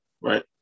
right